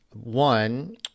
One